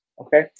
Okay